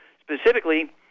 Specifically